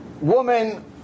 woman